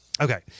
Okay